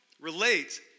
relate